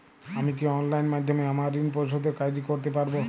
আমি কি অনলাইন মাধ্যমে আমার ঋণ পরিশোধের কাজটি করতে পারব?